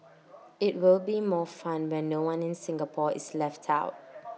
IT will be more fun when no one in Singapore is left out